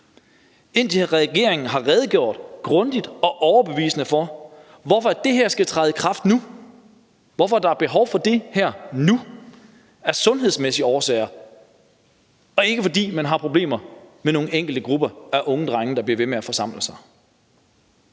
indtil regeringen har redegjort grundigt og overbevisende for, hvorfor det her skal træde i kraft nu, hvorfor der er behov for det her og nu, af sundhedsmæssige årsager og ikke, fordi man har problemer med nogle enkelte grupper af unge drenge, der bliver ved med at forsamle sig.